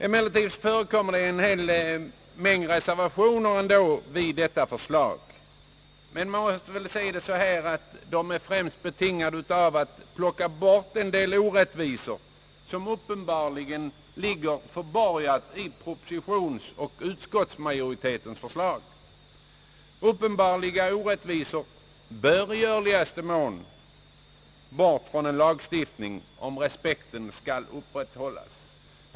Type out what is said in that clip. Emellertid föreligger det ändå en hel del reservationer vid detta förslag, men de är väl främst betingade av att man vill plocka bort en del orättvisor som uppenbarligen ligger förborgade i propositionen och i utskottsmajoritetens förslag. Uppenbarliga orättvisor bör i görligaste mån avlägsnas från en lagstiftning om respekten skall upprätthållas.